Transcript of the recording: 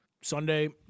Sunday